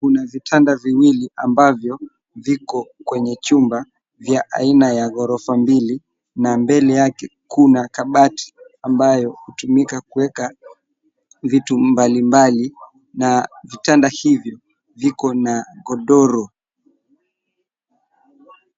Kuna vitanda viwili ambavyo viko kwenye chumba vya aina ya gorofa mbili na mbele yake kuna kabati ambayo hutumika kuweka vitu mbalimbali. Na vitanda hivi viko na godoro.